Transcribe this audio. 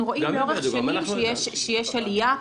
אנחנו רואים לאורך שנים שיש עלייה,